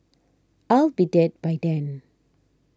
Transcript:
I'll be dead by then